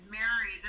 Mary